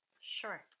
Sure